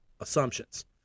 assumptions